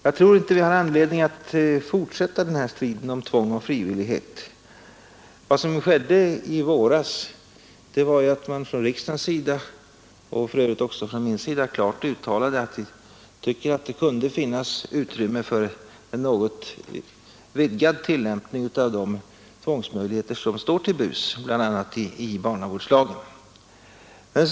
Jag tror inte vi har anledning att fortsätta den här striden om tvång och frivillighet. Vad som skedde i våras var ju att riksdagen klart uttalade — och jag gjorde det för övrigt också — att det kunde finnas utrymme för en något vidgad tillämpning av de tvångsmöjligheter som står till buds, bl.a. i barnavårdslagen.